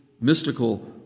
mystical